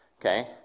Okay